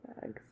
bags